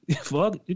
Fuck